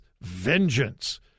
vengeance